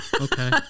Okay